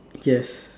yes